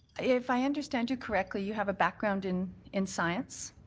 if i understand you correctly, you have a background in in science?